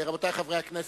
רבותי חברי הכנסת,